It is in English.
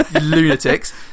lunatics